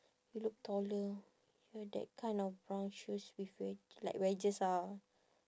you look taller ya that kind of brown shoes with wedg~ like wedges ah